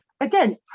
again